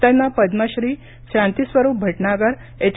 त्यांना पद्मश्री शांतिस्वरूप भटनागर एच